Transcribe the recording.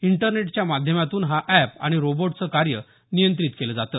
इंटरनेटच्या माध्यमातून हा अॅप आणि रोबोटचं कार्य नियंत्रित केलं जातं